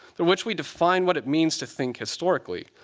through which we define what it means to think historically.